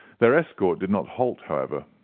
their escort did not halt, however,